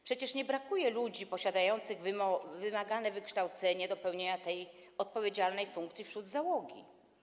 Przecież nie brakuje ludzi posiadających wykształcenie wymagane do pełnienia tej odpowiedzialnej funkcji wśród załogi.